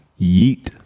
yeet